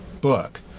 book